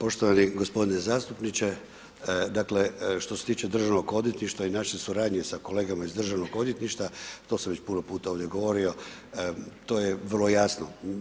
Poštovani g. zastupniče, dakle što se tiče Državnog odvjetništva i naše suradnje sa kolegama iz Državnog odvjetništva, to sam već puno šuta ovdje govorio, to je vrlo jasno.